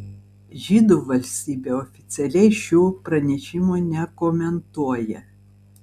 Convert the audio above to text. žydų valstybė oficialiai šių pranešimų nekomentuoja